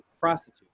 prostitute